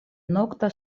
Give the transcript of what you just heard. nokta